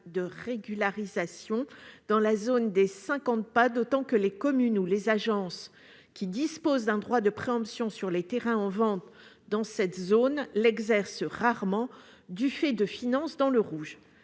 de régularisation dans la zone des cinquante pas, d'autant que les communes ou les agences des cinquante pas géométriques, qui disposent d'un droit de préemption sur les terrains en vente dans cette zone, l'exercent rarement du fait de finances dans le rouge.